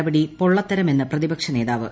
നടപടി പൊള്ളത്തരമെന്ന് പ്രതിപക്ഷ നേതാവ്